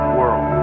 world